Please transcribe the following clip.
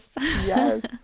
Yes